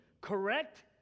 correct